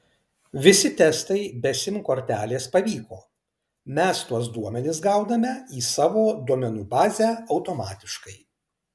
visi testai be sim kortelės pavyko mes tuos duomenis gauname į savo duomenų bazę automatiškai